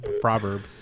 proverb